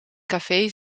café